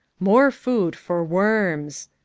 more food for worms.